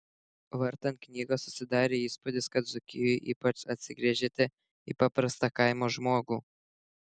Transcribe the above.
vartant knygą susidarė įspūdis kad dzūkijoje ypač atsigręžėte į paprastą kaimo žmogų